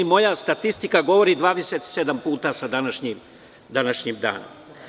Moja statistika govori da ste bili 27 puta sa današnjim danom.